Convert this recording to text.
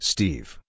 Steve